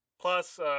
plus